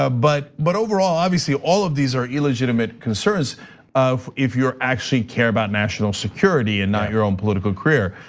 ah but but overall obviously all of these are legitimate concerns of if you're actually care about national security and not your own political career.